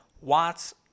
watts